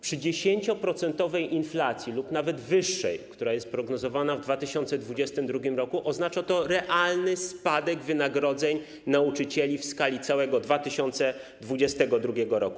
Przy 10-procentowej inflacji lub nawet wyższej, która jest prognozowana w 2022 r., oznacza to realny spadek wynagrodzeń nauczycieli w skali całego 2022 r.